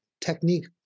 technique